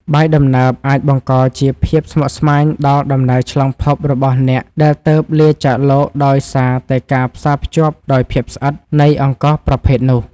បាយដំណើបអាចបង្កជាភាពស្មុគស្មាញដល់ដំណើរឆ្លងភពរបស់អ្នកដែលទើបលាចាកលោកដោយសារតែការផ្សារភ្ជាប់ដោយភាពស្អិតនៃអង្ករប្រភេទនោះ។